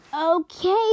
Okay